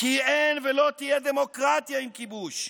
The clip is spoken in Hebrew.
כי אין ולא תהיה דמוקרטיה עם כיבוש,